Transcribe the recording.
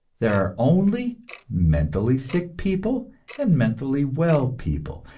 there are only mentally sick people and mentally well people.